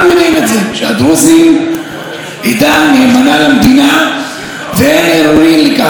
צעירי העדה הדרוזית היום חוזרים הביתה אחרי שירות משמעותי בצה"ל